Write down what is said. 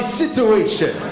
situation